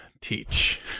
teach